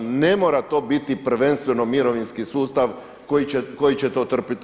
Ne mora biti prvenstveno mirovinski sustav koji će to trpjeti.